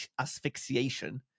asphyxiation